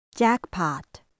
Jackpot